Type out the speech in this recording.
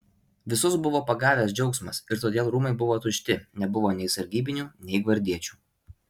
visus buvo pagavęs džiaugsmas ir todėl rūmai buvo tušti nebuvo nei sargybinių nei gvardiečių